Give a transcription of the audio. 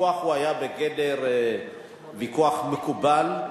הוויכוח היה בגדר ויכוח מקובל,